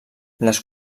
les